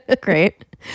great